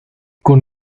con